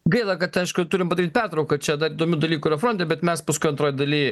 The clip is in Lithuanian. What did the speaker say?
gaila kad aišku turim padaryt pertrauką čia įdomių dalykų yra fronte bet mes paskui antroj daly